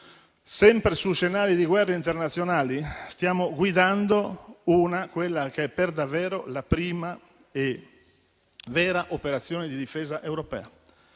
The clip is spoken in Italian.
Sempre su scenari di guerra internazionali, stiamo guidando quella che è davvero la prima vera operazione di difesa europea.